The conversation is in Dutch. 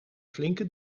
flinke